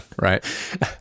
Right